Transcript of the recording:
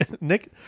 Nick